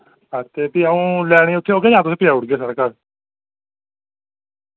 हां ते फ्ही अ'ऊं लैने उत्थै औगा जां तुस पजाई ओड़गे साढ़े घर